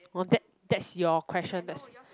that that's your question that's